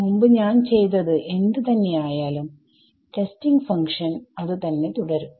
മുമ്പ് ഞാൻ ചെയ്തത് എന്ത് തന്നെ ആയാലും ടെസ്റ്റിംഗ് ഫങ്ക്ഷൻ അത് തന്നെ തുടരും